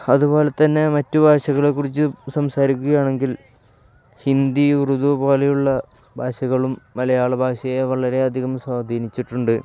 അതുപോലെ തന്നെ മറ്റു ഭാഷകളെക്കുറിച്ചു സംസാരിക്കുകയാണെങ്കിൽ ഹിന്ദി ഉറുദു പോലെയുള്ള ഭാഷകളും മലയാള ഭാഷയെ വളരെയധികം സ്വാധീനിച്ചിട്ടുണ്ട്